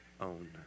own